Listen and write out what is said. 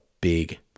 big